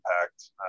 impact